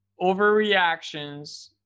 overreactions